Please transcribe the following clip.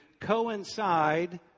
coincide